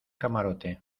camarote